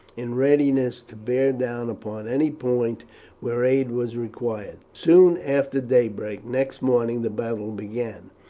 in readiness to bear down upon any point where aid was required. soon after daybreak next morning the battle began,